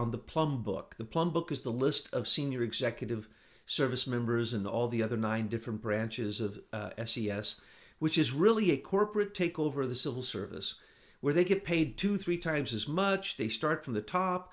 on the plum book the plum book is the list of senior executive service members and all the other nine different branches of s e s which is really a corporate takeover of the civil service where they get paid two three times as much they start from the